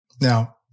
Now